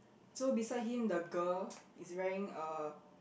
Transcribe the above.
so beside him the girl is wearing a